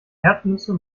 erdnüsse